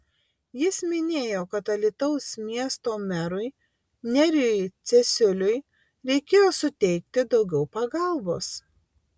jis minėjo kad alytaus miesto merui nerijui cesiuliui reikėjo suteikti daugiau pagalbos